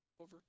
Over